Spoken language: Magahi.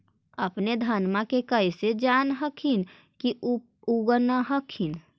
अपने धनमा के कैसे जान हखिन की उगा न हखिन?